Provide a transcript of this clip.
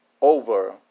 over